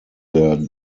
their